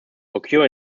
occur